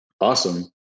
Awesome